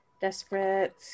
desperate